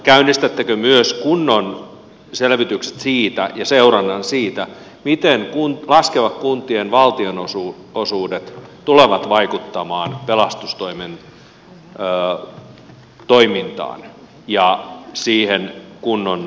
käynnistättekö myös kunnon selvitykset siitä ja seurannan siitä miten laskevat kuntien valtionosuudet tulevat vaikuttamaan pelastustoimen toimintaan ja siihen kunnon seurannan